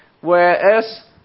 Whereas